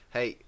Hey